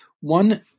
One